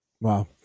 Wow